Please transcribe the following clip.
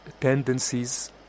tendencies